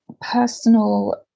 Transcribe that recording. personal